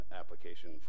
application